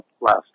last